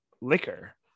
liquor